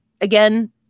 again